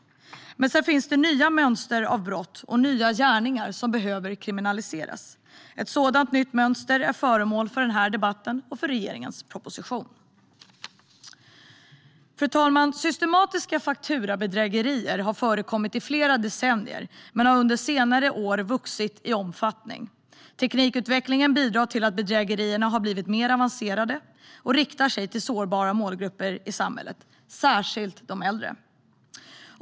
Men sedan finns det nya typer av brott och nya gärningar som behöver kriminaliseras. Ett sådant nytt mönster är föremål för den här debatten och för regeringens proposition. Fru talman! Systematiska fakturabedrägerier har förekommit i flera decennier, men de har under senare år vuxit i omfattning. Teknikutvecklingen bidrar till att bedrägerierna har blivit mer avancerade och riktar sig till sårbara målgrupper i samhället. Det drabbar särskilt de äldre.